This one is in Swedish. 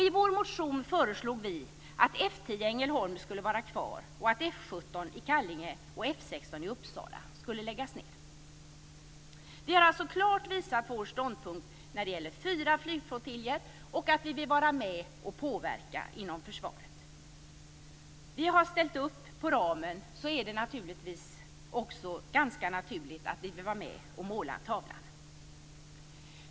I vår motion föreslog vi vidare att Vi har alltså klart visat vår ståndpunkt när det gäller fyra flygflottiljer och när det gäller att vi vill vara med och påverka inom försvaret. Vi har ställt upp på ramen. Då är det naturligtvis också ganska naturligt att vi vill vara med och måla tavlan.